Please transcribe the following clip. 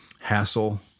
hassle